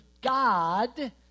God